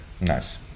Nice